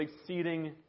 exceeding